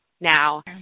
Now